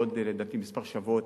בעוד, לדעתי כמה שבועות,